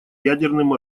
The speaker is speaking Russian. ядерным